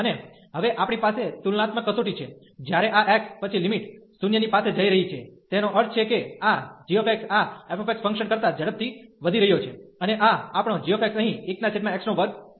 અને હવે આપણી પાસે તુલનાત્મક કસોટી છે જ્યારે આ x પછી લિમિટ 0 ની પાસે જઇ રહી છે તેનો અર્થ છે કે આ g આ f ફંકશન કરતા ઝડપથી વધી રહ્યો છે અને આ આપણો g અહીં 1x2 છે